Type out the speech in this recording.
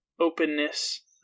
openness